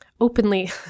openly